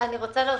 אני רוצה להוסיף.